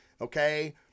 okay